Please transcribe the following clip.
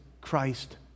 Christ